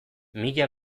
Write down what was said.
mila